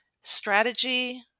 strategy